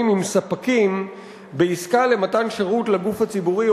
עם ספקים בעסקה למתן שירות לגוף הציבורי,